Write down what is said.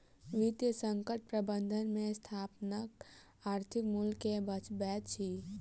वित्तीय संकट प्रबंधन में संस्थानक आर्थिक मूल्य के बचबैत अछि